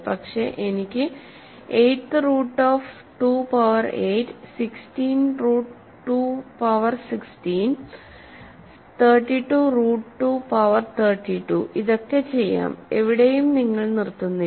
പക്ഷേ എനിക്ക് eighth root of 2 power 8 16 root 2 power 16 32 root 2 power 32 ഇതൊക്കെ ചെയ്യാം എവിടെയും നിങ്ങൾ നിർത്തുന്നില്ല